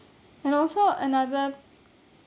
and also another